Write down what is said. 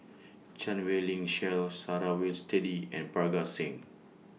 Chan Wei Ling Cheryl Sarah Winstedt and Parga Singh